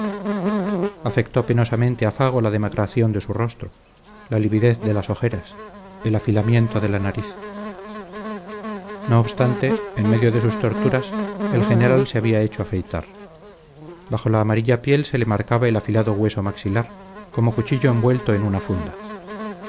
afectó penosamente a fago la demacración de su rostro la lividez de las ojeras el afilamiento de la nariz no obstante en medio de sus torturas el general se había hecho afeitar bajo la amarilla piel se le marcaba el afilado hueso maxilar como cuchillo envuelto en una funda